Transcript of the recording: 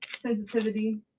sensitivity